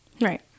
Right